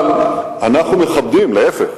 אבל אנחנו מכבדים, להיפך,